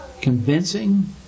convincing